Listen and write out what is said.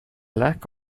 lack